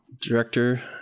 Director